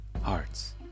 hearts